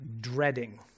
dreading